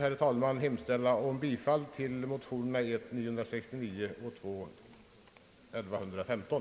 Jag hemställer om bifall till motionerna I: 969 och II: 1115.